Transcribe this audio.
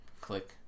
click